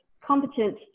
competent